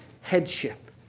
headship